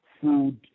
food